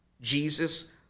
Jesus